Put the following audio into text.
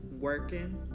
working